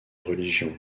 religions